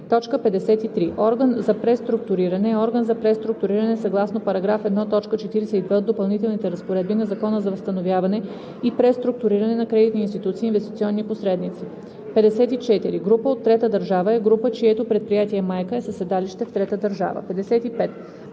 – 57: „53. „Орган за преструктуриране“ е орган за преструктуриране съгласно § 1, т. 42 от допълнителните разпоредби на Закона за възстановяване и преструктуриране на кредитни институции и инвестиционни посредници. 54. „Група от трета държава“ е група, чието предприятие майка е със седалище в трета държава. 55.